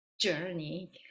journey